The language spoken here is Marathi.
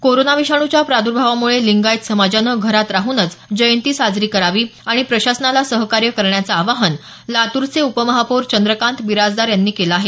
कोरोना विषाणूच्या प्राद्भावामुळे लिंगायत समाजाने घरात राहुनच जयंती साजरी करावी आणि प्रशासनाला सहकार्य करण्याचं आवाहन लातूरचे उपमहापौर चंद्रकांत बिराजदार यांनी केलं आहे